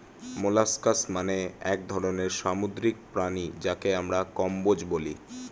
molluscs মানে এক ধরনের সামুদ্রিক প্রাণী যাকে আমরা কম্বোজ বলি